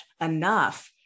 enough